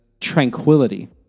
tranquility